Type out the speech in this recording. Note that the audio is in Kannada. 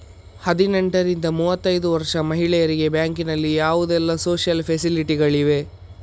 ಹದಿನೆಂಟರಿಂದ ಮೂವತ್ತೈದು ವರ್ಷ ಮಹಿಳೆಯರಿಗೆ ಬ್ಯಾಂಕಿನಲ್ಲಿ ಯಾವುದೆಲ್ಲ ಸೋಶಿಯಲ್ ಫೆಸಿಲಿಟಿ ಗಳಿವೆ?